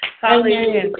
Hallelujah